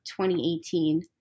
2018